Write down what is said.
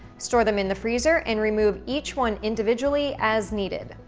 store them in the freezer, and remove each one individually as needed.